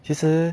其实